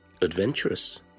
Adventurous